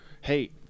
hey